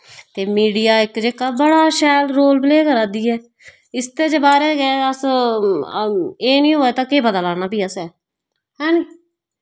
ते मीडिया इक जेह्का बड़ा शैल रोल प्ले करा दी ऐ इसदे च बारे गै अस एह् नि होऐ ते केह् पता लाना फ्ही असैं हैनी